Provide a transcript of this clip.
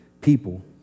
people